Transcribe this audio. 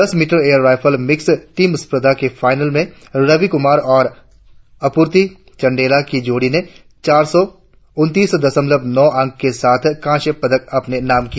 दस metre air rifle mixed team स्पर्धा के फाइनल में रवि कुमार और अपूर्ती चंदेला की जोड़ी ने चार सौ उन्तीस दशमलव नौ अंक के साथ कांस्य पदक अपने नाम किया